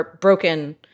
broken